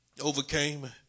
overcame